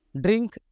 drink